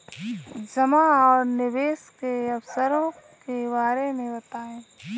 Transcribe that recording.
जमा और निवेश के अवसरों के बारे में बताएँ?